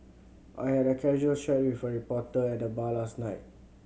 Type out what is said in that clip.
I had a casual chat with a reporter at the bar last night